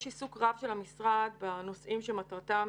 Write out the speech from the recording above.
יש עיסוק רב של המשרד בנושאים שמטרתם